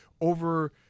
over